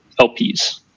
LPs